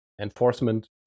enforcement